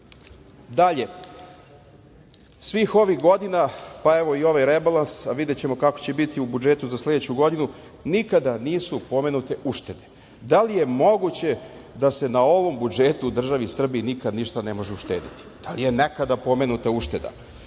svih ovih godina, pa evo i ovaj rebalans, a videćemo kako će biti u budžetu za sledeću godinu, nikada nisu pomenute uštede. Da li je moguće da se na ovom budžetu u državi Srbiji nikad ništa ne može uštedeti? Da li je nekada pomenuta ušteda?